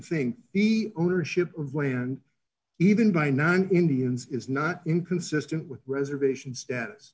thing be ownership of land even by nine indians is not inconsistent with reservation status